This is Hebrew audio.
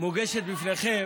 מוגשת לפניכם